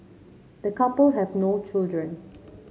the couple have no children